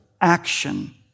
action